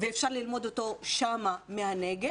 ואפשר ללמוד אותו שם מהנגב.